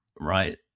right